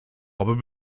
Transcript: robin